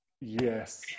Yes